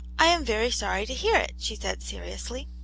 i am very sorry to hear it, she said, seriously.